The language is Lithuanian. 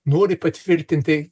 nori patvirtinti